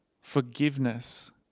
forgiveness